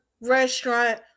restaurant